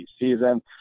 season